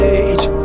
age